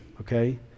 okay